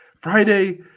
Friday